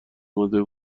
اماده